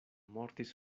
mortis